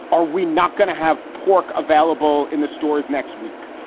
are we not going to have pork available in the stores next week?